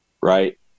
right